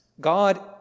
God